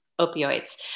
opioids